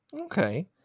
Okay